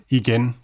igen